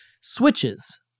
switches